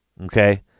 Okay